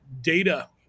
data